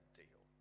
deal